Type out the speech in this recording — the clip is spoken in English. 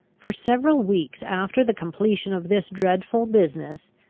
for several weeks after the completion of this dreadful business,